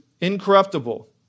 incorruptible